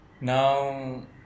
Now